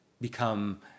become